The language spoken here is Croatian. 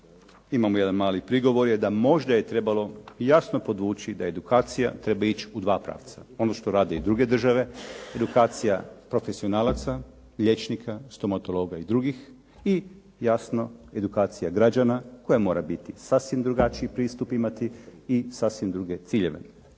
imamo jedan mali prigovor je da možda je trebalo jasno podvući da edukacija treba ići u dva pravca. Ono što rade i druge države, edukacija profesionalaca, liječnika, stomatologa i drugih i jasno, edukacija građana koja mora biti sasvim drugačiji pristup imati i sasvim druge ciljeve.